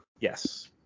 Yes